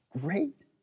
great